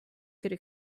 could